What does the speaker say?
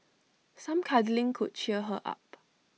some cuddling could cheer her up